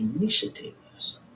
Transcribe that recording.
initiatives